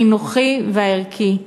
החינוכי והערכי,